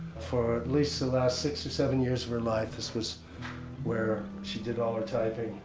for at least the last six or seven years of her life, this was where she did all her typing.